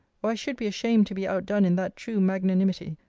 or i should be ashamed to be outdone in that true magnanimity,